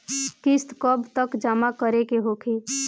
किस्त कब तक जमा करें के होखी?